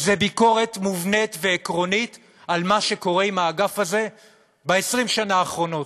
זאת ביקורת מובנית ועקרונית על מה שקורה עם האגף הזה ב-20 שנה האחרונות,